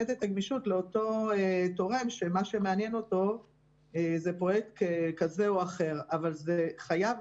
הסתכלות באמת מלאה על החיילים הללו ולאפשר את כלל הכלים שאני יכולה